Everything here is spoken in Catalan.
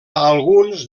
alguns